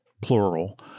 plural